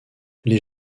les